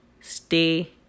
stay